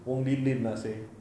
wong lim lim lah seh